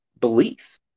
belief